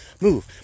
Move